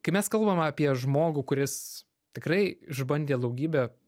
kai mes kalbame apie žmogų kuris tikrai išbandė daugybę